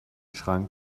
schrank